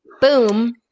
boom